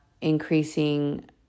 increasing